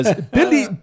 Billy